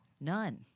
none